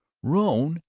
rone,